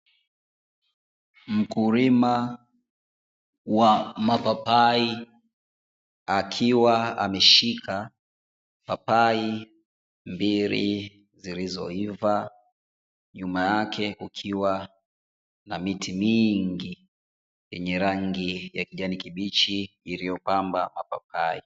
Mkulima wa mapapai akiwa ameshika papai mbili zilizoiva, nyuma yake kukiwa na miti mingi yenye rangi ya kijani kibichi iliyopamba mapapai.